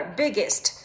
biggest